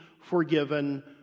forgiven